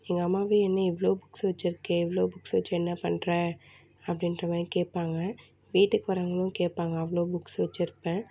எங்கள் அம்மாவே என்ன இவ்வளோ புக்ஸ் வச்சுருக்க இவ்வளோ புக்ஸ் வச்சு என்ன பண்ணுற அப்படின்ற மாதிரி கேட்பாங்க வீட்டுக்கு வரவங்களும் கேட்பாங்க அவ்வளோ புக்ஸ் வச்சுருப்பேன்